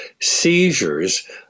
seizures